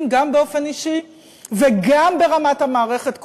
גם באופן אישי וגם ברמת המערכת כולה.